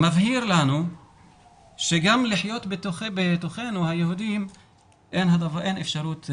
מבהיר לנו שגם לחיות בתוך היהודים אין אפשרות.